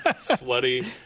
sweaty